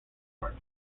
work